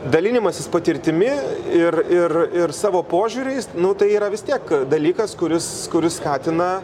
dalinimasis patirtimi ir ir ir savo požiūriais nu tai yra vis tiek dalykas kuris kuris skatina